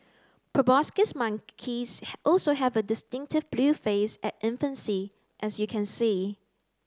proboscis monkeys also have a distinctive blue face at infancy as you can see